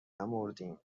نمردیم